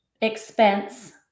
expense